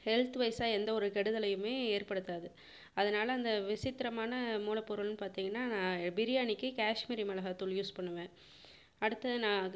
health வைஸாக எந்த ஒரு கெடுதலையுமே ஏற்படுத்தாது அதனால் அந்த விசித்திரமான மூலப்பொருள்னு பார்த்தீங்கன்னா நான் பிரியாணிக்கு கஷ்மீரி மிளகாத்தூள் யூஸ் பண்ணுவேன் அடுத்தது நான்